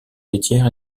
laitière